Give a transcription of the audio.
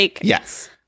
Yes